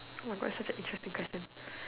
oh my god it's such an interesting question